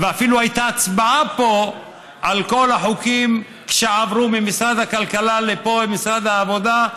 ואפילו הייתה הצבעה פה על כל החוקים שעברו ממשרד הכלכלה למשרד העבודה,